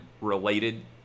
related